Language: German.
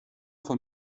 von